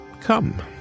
come